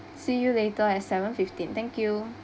see you later at seven fifteen thank you